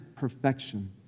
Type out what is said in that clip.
Perfection